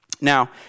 Now